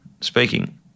speaking